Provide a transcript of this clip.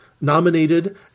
nominated